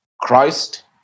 Christ